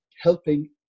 helping